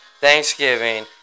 Thanksgiving